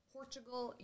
Portugal